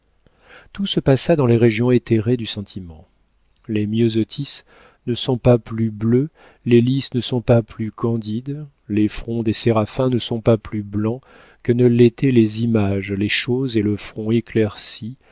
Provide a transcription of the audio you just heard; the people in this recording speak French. tout se passa dans les régions éthérées du sentiment les myosotis ne sont pas plus bleus les lis ne sont pas plus candides les fronts des séraphins ne sont pas plus blancs que ne l'étaient les images les choses et le front éclairci